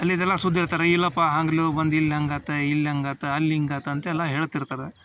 ಅಲ್ಲಿದ್ದೆಲ್ಲ ಸುದ್ದಿ ಇರ್ತಾರೆ ಇಲ್ಲಪ್ಪ ಹಂಗೆ ಲೋ ಬಂದು ಇಲ್ಲಿ ಹಂಗಾಯ್ತು ಇಲ್ಲಿ ಹಂಗಾಯ್ತು ಅಲ್ಲಿ ಹಿಂಗಾಯ್ತು ಅಂತೆಲ್ಲ ಹೇಳ್ತಿರ್ತಾರೆ